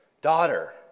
Daughter